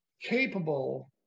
capable